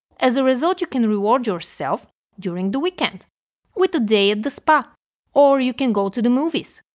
as a result, you can reward yourself during the weekend with the day at the spa or you can go to the movies.